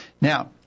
Now